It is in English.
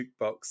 Jukebox